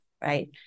right